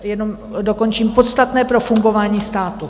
Jenom dokončím podstatné pro fungování státu.